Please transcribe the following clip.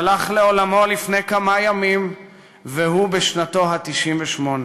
שהלך לעולמו לפני כמה ימים והוא בשנתו ה-98.